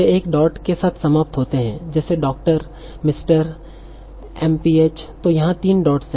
वे एक डॉट के साथ समाप्त होते हैं जैसे डॉक्टर मिस्टर एमपीएच तो यहाँ तीन डॉट्स है